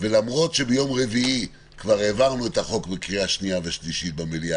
ולמרות שביום רביעי כבר העברנו את החוק בקריאה שנייה ושלישית במליאה,